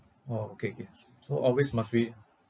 orh okay kay s~ so always must be